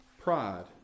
pride